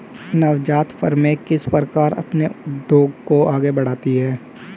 नवजात फ़र्में किस प्रकार अपने उद्योग को आगे बढ़ाती हैं?